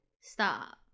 Stop